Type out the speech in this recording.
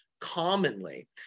commonly